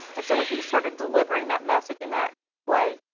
and so when he started delivering that message in that way,